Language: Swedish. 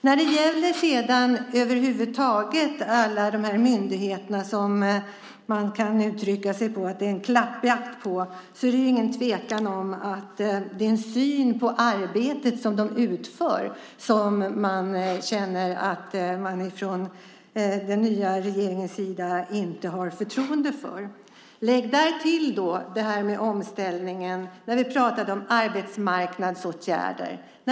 När det sedan över huvud taget gäller alla de här myndigheterna, som man kan uttrycka sig som att det är en klappjakt på, är det ingen tvekan om att det är en syn på det arbete som de utför från den nya regeringens sida som man känner att man inte har förtroende för. Lägg därtill det här med omställningen när vi pratade om arbetsmarknadsåtgärder.